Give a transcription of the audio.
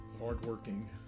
hardworking